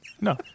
No